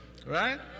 Right